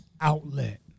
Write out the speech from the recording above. outlet